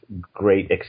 great